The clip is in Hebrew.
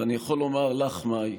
ואני יכול לומר לך, מאי,